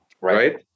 right